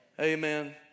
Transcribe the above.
Amen